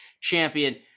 champion